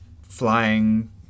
flying